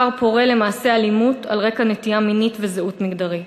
כר פורה למעשי אלימות על רקע נטייה מינית וזהות מגדרית.